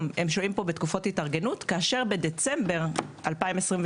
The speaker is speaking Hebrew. הם שוהים כאן בתקופות התארגנות כאשר בדצמבר 2022,